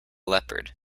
leopard